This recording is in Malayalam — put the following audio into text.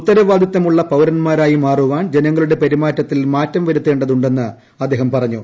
ഉത്തരവാദിത്തമുള്ള പൌരന്മാരായി മാറുവാൻ ജനങ്ങളുടെ പെരുമാറ്റത്തിൽ മാറ്റം വരുത്തേ തു െന്ന് അദ്ദേഹം പറഞ്ഞു